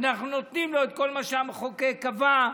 אנחנו נותנים לו את כל מה שהמחוקק קבע,